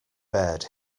bared